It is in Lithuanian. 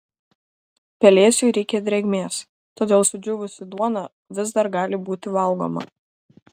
pelėsiui reikia drėgmės todėl sudžiūvusi duona vis dar gali būti valgoma